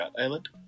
island